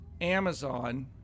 Amazon